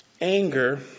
anger